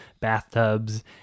bathtubs